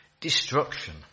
Destruction